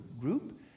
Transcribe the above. group